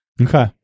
Okay